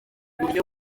buryo